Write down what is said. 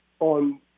on